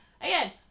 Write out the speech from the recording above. again